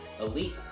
elite